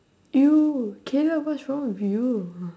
!eww! caleb what's wrong with you